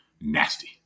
nasty